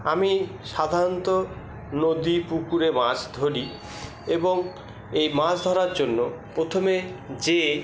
আমি সাধারণত নদী পুকুরে মাছ ধরি এবং এই মাছ ধরার জন্য প্রথমে যে